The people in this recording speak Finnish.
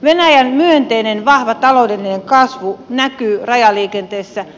venäjän myönteinen vahva taloudellinen kasvu näkyy rajaliikenteessä